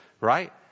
right